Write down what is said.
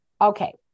Okay